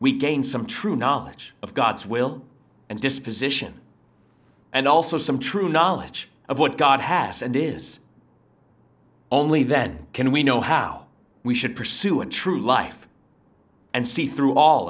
we gain some true knowledge of god's will and disposition and also some true knowledge of what god has and is only then can we know how we should pursue a true life and see through all